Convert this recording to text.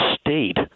state